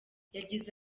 yagize